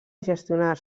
gestionar